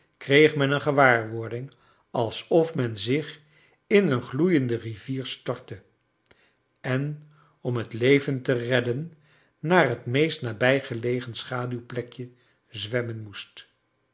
kreeg men een gewaarwording alsof men zich in een gloeiende rivier stortte en om het leven te redden naar het meest nabijgelegen schaduwplekje zwemmen moest